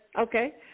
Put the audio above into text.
Okay